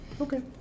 Okay